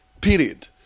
period